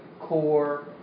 core